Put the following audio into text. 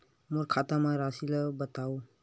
मोर खाता म राशि ल बताओ?